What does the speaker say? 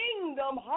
kingdom